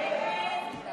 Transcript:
בעד, 12, נגד,